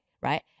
right